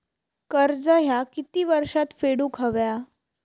कर्ज ह्या किती वर्षात फेडून हव्या?